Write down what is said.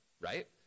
right